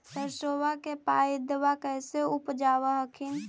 सरसोबा के पायदबा कैसे उपजाब हखिन?